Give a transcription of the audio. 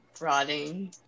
rotting